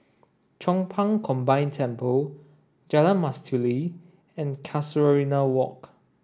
Chong Pang Combined Temple Jalan Mastuli and Casuarina Walk